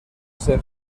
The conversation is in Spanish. ser